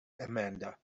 amanda